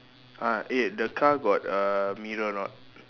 ah eh the car got uh mirror or not